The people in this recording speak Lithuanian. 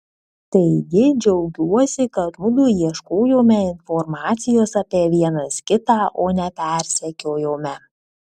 taigi džiaugiuosi kad mudu ieškojome informacijos apie vienas kitą o ne persekiojome